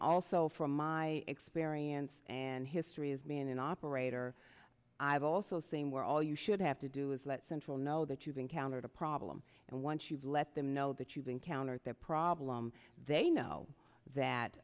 also from my experience and history is being an operator i've also same where all you should have to do is let central know that you've encountered a problem and once you've let them know that you've encountered that problem they know that